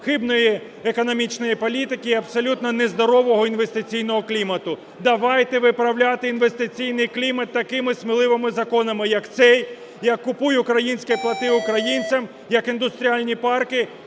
хибної економічної політики і абсолютно нездорового інвестиційного клімату. Давайте виправляти інвестиційний клімат такими сміливими законами, як цей, як "Купуй українське, плати українцям!", як індустріальні парки